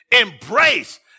embrace